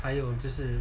还有就是